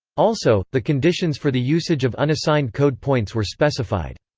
also, the conditions for the usage of unassigned code points were specified.